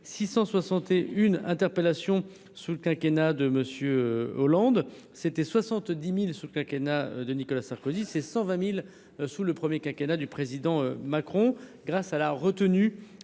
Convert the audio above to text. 661 interpellations sous le quinquennat de M. Hollande, contre 70 000 environ sous le quinquennat de Nicolas Sarkozy et 120 000 sous le premier quinquennat du président Macron, grâce à cette